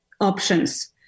options